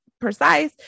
precise